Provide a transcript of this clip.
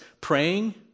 praying